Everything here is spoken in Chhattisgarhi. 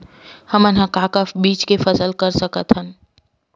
हमन ह का का बीज के फसल कर सकत हन?